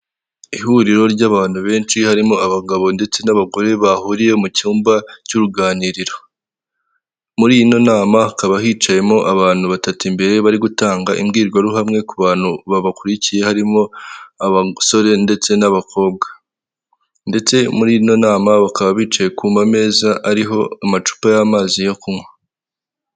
Ihuriro ry'abantu benshi, harimo abagabo ndetse n'abagore bahuriye mu cyumba cy'uruganiriro, muri ino nama hakaba abantu batatu mbere bari gutanga imbwirwaruhame ku bantu babakurikiye harimo abasore ndetse n'abakobwa, ndetse muri ino nama bakaba bicaye ku ma meza ariho amacupa y'amazi yo kunywa.